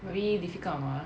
really difficult or not ah